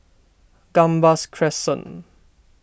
Gambas Crescent